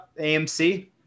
AMC